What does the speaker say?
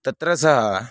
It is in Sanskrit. तत्र सः